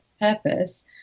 purpose